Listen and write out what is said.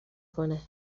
کنه